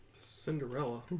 Cinderella